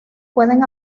pueden